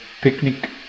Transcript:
picnic